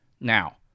Now